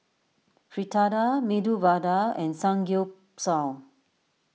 Fritada Medu Vada and Samgyeopsal